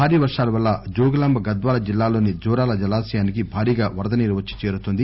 భారీ భవర్షాల వల్ల జోగులాంబ గద్వాల జిల్లాలోని జురాల జలాశయానికి భారీగా వరద నీరు వచ్చి చేరుతోంది